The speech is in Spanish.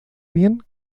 bien